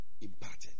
imparted